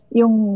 yung